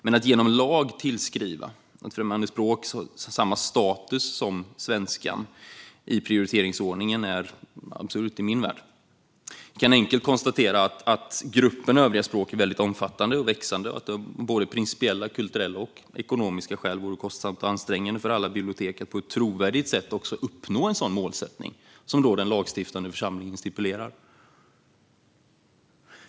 Men att i lag tilldela främmande språk samma status som svenskan i prioriteringsordningen är i min värld absurt. Vi kan enkelt konstatera att gruppen övriga språk är väldigt omfattande och växande och att det av både principiella, kulturella och ekonomiska skäl vore kostsamt och ansträngande för biblioteken att på ett trovärdigt sätt uppnå en sådan målsättning som den lagstiftande församlingen stipulerar.